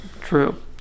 true